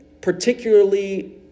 particularly